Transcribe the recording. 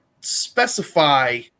specify